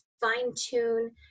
fine-tune